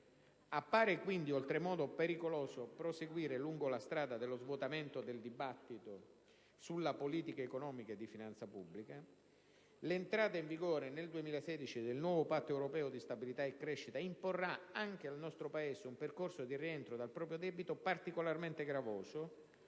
Appare quindi oltremodo pericoloso proseguire lungo la strada dello svuotamento del dibattito sulla politica economica e di finanza pubblica: l'entrata in vigore nel 2016 del nuovo Patto europeo di stabilità e crescita imporrà anche al nostro Paese un percorso di rientro dal proprio debito particolarmente gravoso,